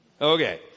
Okay